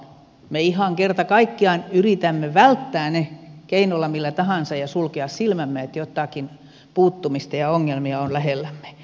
me ihan kerta kaikkiaan yritämme välttää sen puuttumisen keinolla millä tahansa ja yritämme sulkea silmämme siltä että joitakin ongelmia on lähellämme